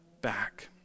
back